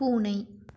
பூனை